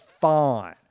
fine